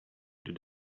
going